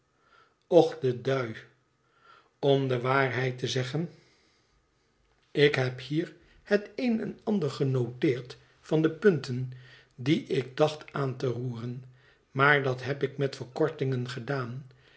och de dui om de waarheid te zeggen ik heb hier het een en ander genoteerd van de punten die ik dacht aan te roeren maar dat heb ik met verkortingen gedaan